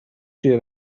توی